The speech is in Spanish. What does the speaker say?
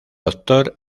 arturo